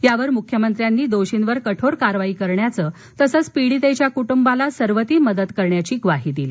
यावर मुख्यमंत्र्यांनी दोषींवर कठोरातकठोर कारवाई करण्याचं तसंच पीडीतेच्या कुटुंबाला सर्व ती मदत करण्याची ग्वाहीदिली